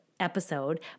episode